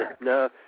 No